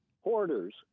Hoarders